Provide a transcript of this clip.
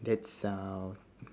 that's uh